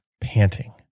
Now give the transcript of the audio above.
panting